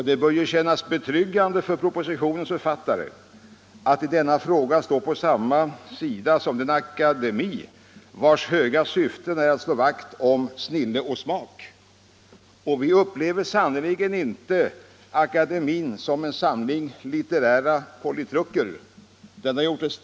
Det bör kännas betryggande för propositionens författare att i denna fråga stå på samma sida som en akademi vars höga syfte är att slå vakt om snille och smak. Vi upplever sannerligen inte akademien som en samling litterära politruker för att knyta an till ett annat anförande som har hållits här i dag.